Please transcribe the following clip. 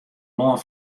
lân